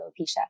alopecia